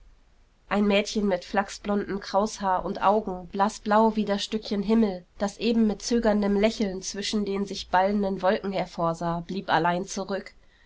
ein mädchen mit flachsblondem kraushaar und augen blaßblau wie das stückchen himmel das eben mit zögerndem lächeln zwischen den sich ballenden wolken hervorsah blieb allein zurück